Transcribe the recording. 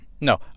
No